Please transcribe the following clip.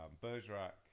Bergerac